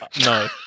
no